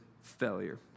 failure